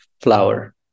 flower